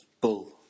Bull